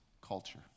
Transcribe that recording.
culture